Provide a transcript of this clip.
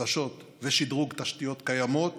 חדשות ושדרוג תשתיות קיימות